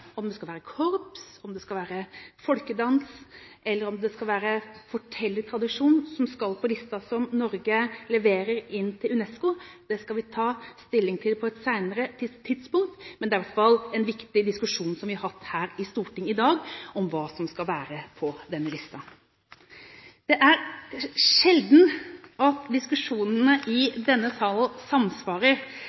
Om det skal være korps, om det skal være folkedans, eller om det skal være fortellertradisjon som skal stå på listen som Norge leverer inn til UNESCO, skal vi ta stilling til på et senere tidspunkt. Men det er i hvert fall en viktig diskusjon som vi har hatt her i Stortinget i dag om hva som skal være på denne listen. Det er sjelden at diskusjonene i denne salen samsvarer